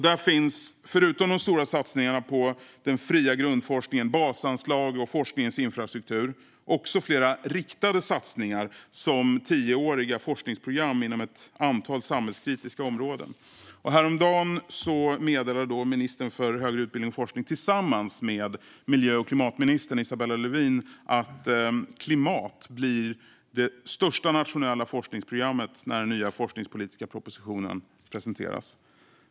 Där finns, förutom de stora satsningarna på den fria grundforskningen, basanslagen och forskningens infrastruktur, också flera riktade satsningar som tioåriga forskningsprogram inom ett antal samhällskritiska områden. Häromdagen meddelade ministern för högre utbildning och forskning, tillsammans med miljö och klimatminister Isabella Lövin, att klimat blir det största nationella forskningsprogrammet när den nya forskningspolitiska propositionen presenteras.